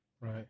right